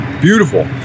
beautiful